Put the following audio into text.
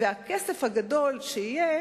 והכסף הגדול שיהיה